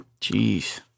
Jeez